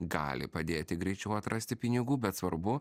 gali padėti greičiau atrasti pinigų bet svarbu